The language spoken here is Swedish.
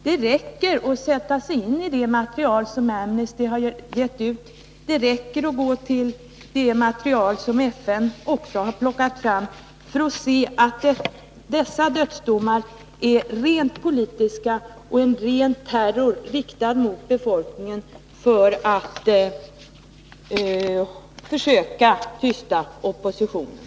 Det räcker med att man sätter sig ini det material som Amnesty gett ut och det material som även FN har plockat fram för att se att dessa dödsdomar är 163 rent politiska och en ren terror riktad mot befolkningen för att försöka tysta oppositionen.